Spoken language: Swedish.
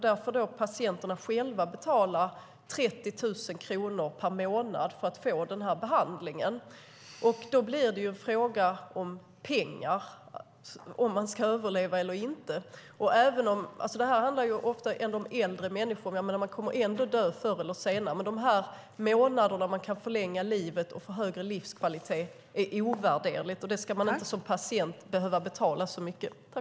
Där får patienterna själva betala 30 000 kronor per månad för att få behandlingen. Då blir det en fråga om pengar om man ska överleva eller inte. Detta handlar ofta om äldre människor. De kommer ändå att dö förr eller senare, men man kan förlänga livet med månader och skapa en högre livskvalitet. Det är ovärderligt, och det ska man som patient inte behöva betala så mycket för.